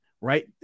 right